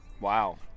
Wow